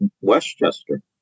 Westchester